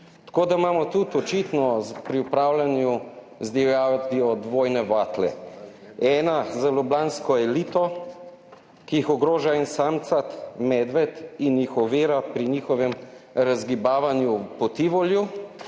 Tako da imamo tudi očitno pri upravljanju z divjadjo dvojne vatle. Ena za ljubljansko elito, ki jih ogroža en samcat medved in jih ovira pri njihovem razgibavanju po Tivoliju,